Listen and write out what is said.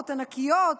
רפורמות ענקיות,